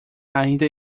ainda